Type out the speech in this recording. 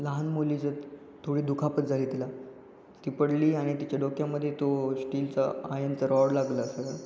लहान मुलीचं थोडी दुखापत झाली तिला ती पडली आणि तिच्या डोक्यामध्ये तो स्टीलचा आयनचा रॉड लागला सर